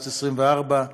ערוץ 24,